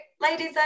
ladies